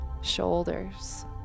shoulders